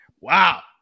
Wow